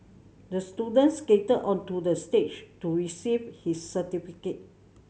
the student skated onto the stage to receive his certificate